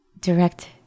direct